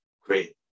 Great